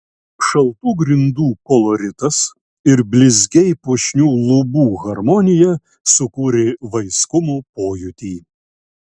šaltų grindų koloritas ir blizgiai puošnių lubų harmonija sukūrė vaiskumo pojūtį